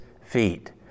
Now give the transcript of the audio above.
feet